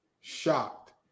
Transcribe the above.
shocked